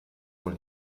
wohl